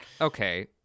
Okay